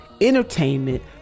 entertainment